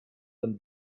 them